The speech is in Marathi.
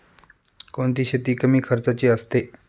कोणती शेती कमी खर्चाची असते?